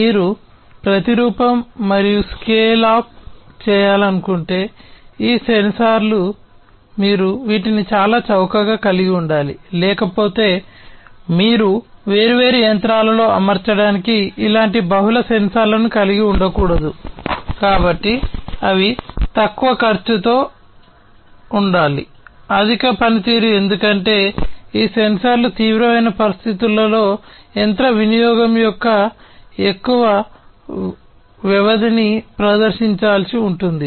మీరు ప్రతిరూపం ప్రదర్శించాల్సి ఉంటుంది